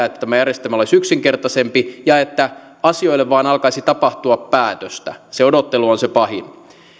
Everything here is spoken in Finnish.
että tämä järjestelmä olisi yksinkertaisempi ja että asioille vain alkaisi tapahtua päätöstä se odottelu on se pahin